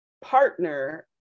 partner